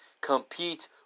compete